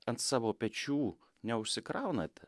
ant savo pečių neužsikraunat